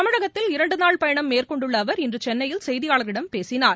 தமிழகத்தில் இரண்டு நாள் பயணம் மேற்கொண்டுள்ள அவர் இன்று சென்னையில் செய்தியாளர்களிடம் பேசினார்